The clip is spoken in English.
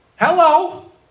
Hello